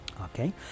Okay